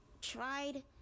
tried